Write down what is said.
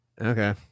okay